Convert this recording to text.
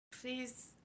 please